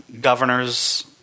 governors